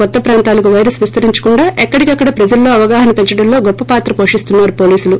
కొత్త ప్రాంతాలకు వైరస్ విస్తరించకుండా ఎక్కడిక్కడ ప్రజల్లో అవగాహన పెంచడంలో గొప్ప పాత్ర పోషిస్తున్నారు పోలీసులు